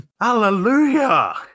Hallelujah